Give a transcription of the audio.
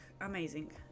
amazing